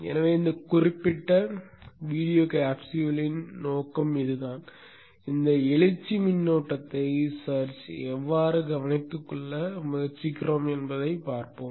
எனவே இந்த குறிப்பிட்ட வீடியோ காப்ஸ்யூலின் நோக்கம் இதுதான் இந்த எழுச்சி மின்னோட்டத்தை எவ்வாறு கவனித்துக்கொள்ள முயற்சிக்கிறோம் என்பதைப் பார்ப்போம்